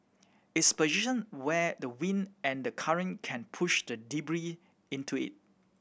it's position where the wind and the current can push the debris into it